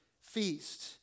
feast